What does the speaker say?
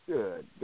Good